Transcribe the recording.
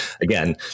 again